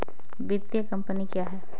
वित्तीय कम्पनी क्या है?